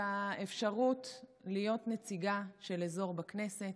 האפשרות להיות נציגה של אזור בכנסת,